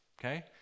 okay